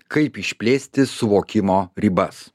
kaip išplėsti suvokimo ribas